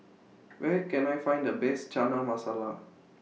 Where Can I Find The Best Chana Masala